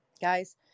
Guys